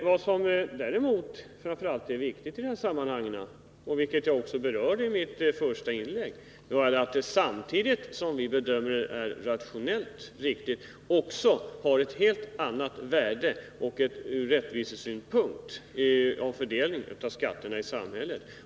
Vad som däremot är viktigt i detta sammanhang är det jag berörde i mitt första inlägg, nämligen att vi samtidigt som vi bedömer om ett system med progressiv statskommunal enhetsskatt är rationellt bör beakta att systemet också har ett värde ur rättvisesynpunkt i fråga om fördelningen av skatterna i samhället.